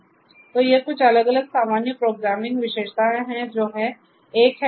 तो ये कुछ अलग अलग सामान्य प्रोग्रामिंग विशेषताएं हैं जो हैं एक यह println है